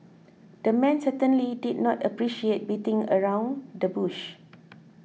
the man certainly did not appreciate beating around the bush